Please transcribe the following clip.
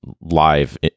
live